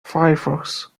firefox